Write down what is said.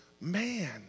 Man